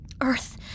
Earth